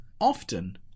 often